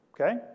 okay